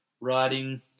writing